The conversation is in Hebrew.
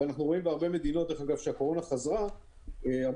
ובהרבה מדינות שבהן הקורונה חזרה אנחנו